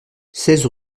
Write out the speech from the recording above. seize